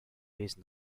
page